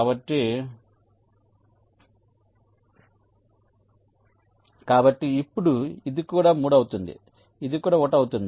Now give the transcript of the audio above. కాబట్టి ఇప్పుడు ఇది కూడా 3 అవుతుంది ఇది కూడా 1 అవుతుంది